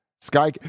sky